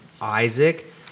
Isaac